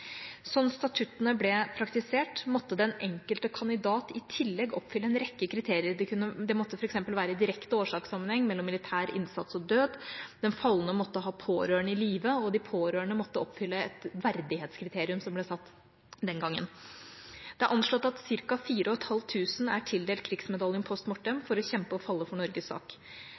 Sånn som statuttene ble praktisert, måtte den enkelte kandidat i tillegg oppfylle en rekke kriterier. Det måtte f.eks. være direkte årsakssammenheng mellom militær innsats og død, den falne måtte ha pårørende i live, og de pårørende måtte oppfylle et verdighetskriterium som ble satt den gangen. Det er anslått at ca. 4 500 er tildelt Krigsmedaljen post mortem for å kjempe og falle for Norges sak.